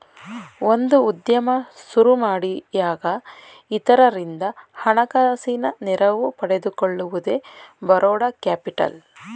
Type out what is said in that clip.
ಒಂದು ಉದ್ಯಮ ಸುರುಮಾಡಿಯಾಗ ಇತರರಿಂದ ಹಣಕಾಸಿನ ನೆರವು ಪಡೆದುಕೊಳ್ಳುವುದೇ ಬರೋಡ ಕ್ಯಾಪಿಟಲ್